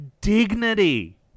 Dignity